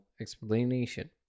explanation